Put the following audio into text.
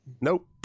Nope